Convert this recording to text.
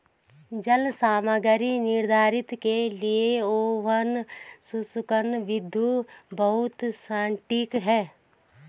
जल सामग्री निर्धारण के लिए ओवन शुष्कन विधि बहुत सटीक है